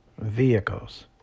vehicles